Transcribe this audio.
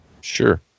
Sure